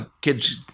kids